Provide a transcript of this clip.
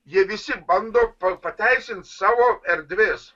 jie visi bando pateisint savo erdvės